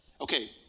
Okay